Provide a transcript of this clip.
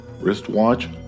wristwatch